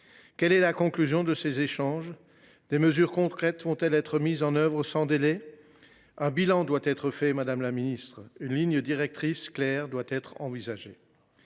Quelle est la conclusion de ces échanges ? Des mesures concrètes seront elles mises en œuvre sans délai ? Un bilan doit être dressé, madame la ministre, une ligne directrice claire doit être envisagée